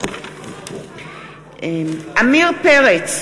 עמיר פרץ,